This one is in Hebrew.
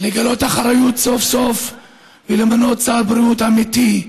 לגלות אחריות סוף-סוף ולמנות שר בריאות אמיתי,